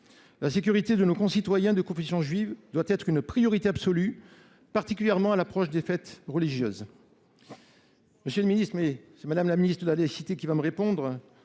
La sécurité de nos concitoyens de confession juive doit être une priorité absolue, particulièrement à l’approche des fêtes religieuses.